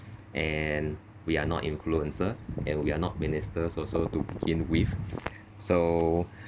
and we are not influencers and we are not ministers also to begin with so